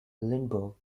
lindbergh